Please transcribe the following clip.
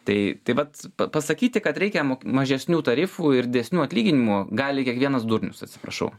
tai tai vat pasakyti kad reikia mažesnių tarifų ir didesnių atlyginimų gali kiekvienas durnius atsiprašau